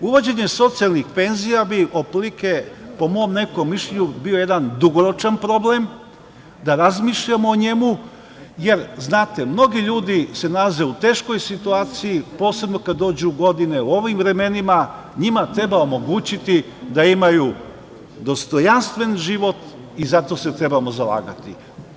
Uvođenje socijalnih penzija bi otprilike, po mom nekom mišljenju, bio jedan dugoročan problem, da razmišljamo o njemu, jer mnogi ljudi se nalaze u teškoj situaciji, posebno kada dođu u godine, u ovim vremenima njima treba omogućiti da imaju dostojanstven život i zato se trebamo zalagati.